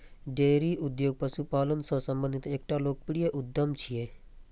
dairy उद्योग पशुपालन सं संबंधित एकटा लोकप्रिय उद्यम छियै